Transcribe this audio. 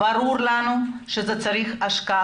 ברור לנו שצריך השקעה